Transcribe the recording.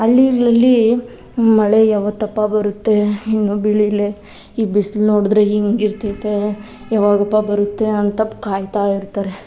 ಹಳ್ಳಿಗಳಲ್ಲಿ ಮಳೆ ಯಾವತ್ತಪ್ಪ ಬರುತ್ತೆ ಇನ್ನು ಬೆಳಿಲೆ ಈ ಬಿಸಿಲು ನೋಡಿದರೆ ಹಿಂಗೆ ಇರ್ತೈತೆ ಯಾವಾಗಪ್ಪ ಬರುತ್ತೆ ಅಂತ ಕಾಯ್ತಾಯಿರ್ತಾರೆ